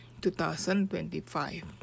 2025